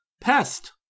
Pest